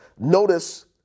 Notice